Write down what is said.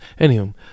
Anywho